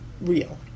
real